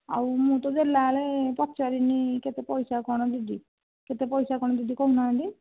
ଆଉ ମୁଁ ତ ଦେଲାବେଳେ ତ ପଚାରିନି କେତେ ପଇସା କ'ଣ ଦେବି କେତେ ପଇସା କ'ଣ ଦିଦି କହୁନାହାନ୍ତି